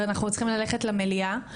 אנחנו צריכים ללכת למליאה,